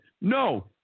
No